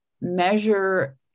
measure